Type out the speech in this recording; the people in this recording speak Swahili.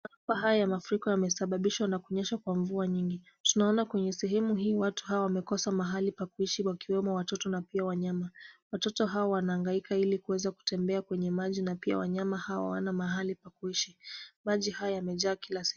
Haya mafuriko haya yamesababishwa na kunyeshwa kwa mvua nyingi. Tunaona kwenye sehemu hii watu hawa wamekosa mahali ya kuishi wakiwemo watoto na pia wanyama. Watoto hawa wanahangaika ili kuweza kutembea kwenye maji na pia wanyama hawa hawana mahali pa kuishi. Maji haya yamejaa kila sehemu.